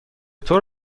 طور